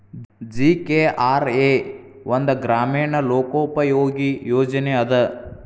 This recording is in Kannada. ಜಿ.ಕೆ.ಆರ್.ಎ ಒಂದ ಗ್ರಾಮೇಣ ಲೋಕೋಪಯೋಗಿ ಯೋಜನೆ ಅದ